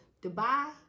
Dubai